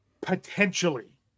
Potentially